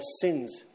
sins